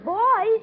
boy